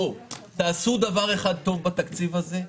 תעשו דבר אחד טוב בתקציב הזה,